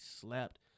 slapped